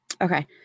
Okay